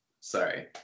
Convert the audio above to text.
sorry